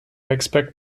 expect